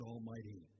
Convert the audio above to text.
Almighty